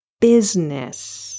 business